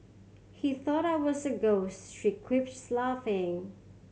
he thought I was a ghost she quips laughing